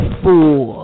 four